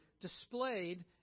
displayed